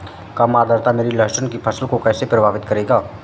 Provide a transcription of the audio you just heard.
कम आर्द्रता मेरी लहसुन की फसल को कैसे प्रभावित करेगा?